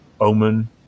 Omen